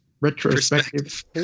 retrospective